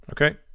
Okay